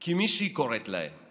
כי מישהי קוראת להם.